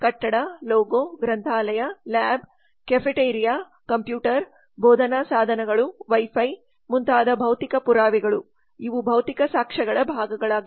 ಕಟ್ಟಡ ಲೋಗೊ ಗ್ರಂಥಾಲಯ lab cafeteria computer ಬೋಧನಾ ಸಾಧನಗಳು ವೈಫೈ ಮುಂತಾದ ಭೌತಿಕ ಪುರಾವೆಗಳು ಇವು ಭೌತಿಕ ಸಾಕ್ಷ್ಯಗಳ ಭಾಗಗಳಾಗಿವೆ